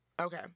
Okay